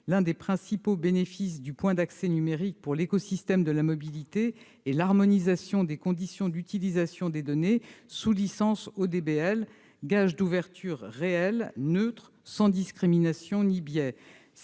L'un des principaux bénéfices du point d'accès numérique pour l'écosystème de la mobilité est l'harmonisation des conditions d'utilisation des données sous licence ODBL, gage d'ouverture réelle, neutre, sans discrimination ni biais.